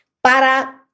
para